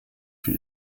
für